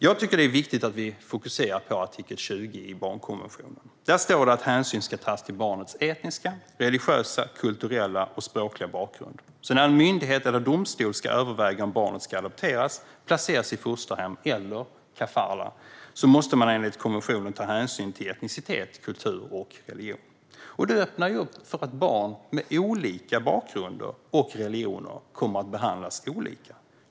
Jag tycker att det är viktigt att vi fokuserar på artikel 20 i barnkonventionen. Där står det att hänsyn ska tas till barnets etniska, religiösa, kulturella och språkliga bakgrund. När en myndighet eller domstol ska överväga om barnet ska adopteras eller placeras i fosterhem eller kafalah måste man alltså enligt konventionen ta hänsyn till etnicitet, kultur och religion. Det öppnar ju för att barn med olika bakgrund och religion kommer att behandlas olika.